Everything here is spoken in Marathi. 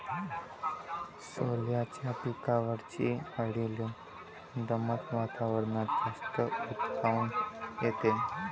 सोल्याच्या पिकावरच्या अळीले दमट वातावरनात जास्त ऊत काऊन येते?